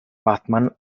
batman